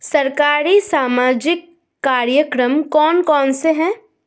सरकारी सामाजिक कार्यक्रम कौन कौन से हैं?